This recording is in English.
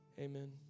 amen